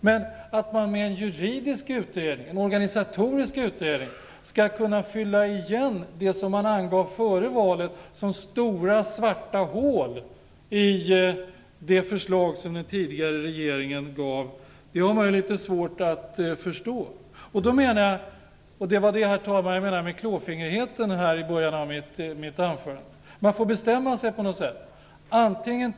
Men jag har litet svårt att förstå att man med en juridisk, organisatorisk utredning skall kunna fylla igen det som man före valet angav som stora svarta hål i det förslag som den tidigare regeringen lade fram. Herr talman! Det var detta jag menade när jag började mitt anförande med att tala om klåfingrigheten. Man får på något sätt bestämma sig.